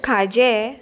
खाजें